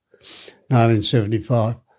1975